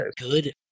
good